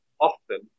often